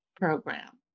program